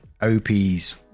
Opie's